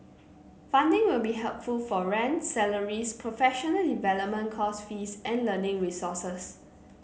funding will be helpful for rent salaries professional development course fees and learning resources